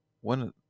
one